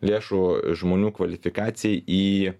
lėšų žmonių kvalifikacijai į